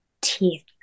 teeth